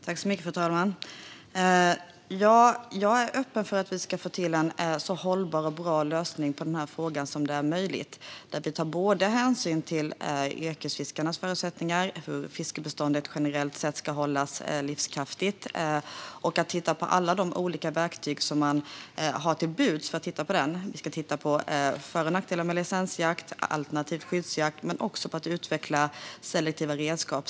Fru talman! Jag är öppen för att vi ska få till en så hållbar och bra lösning på frågan som möjligt, där vi tar hänsyn både till yrkesfiskarnas förutsättningar och till hur fiskebeståndet generellt sett ska hållas livskraftigt. Vi ska titta på alla olika verktyg som står till buds. Vi ska titta på för och nackdelar med licensjakt alternativt skyddsjakt men också på att utveckla selektiva redskap.